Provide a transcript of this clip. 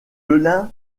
lin